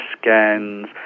scans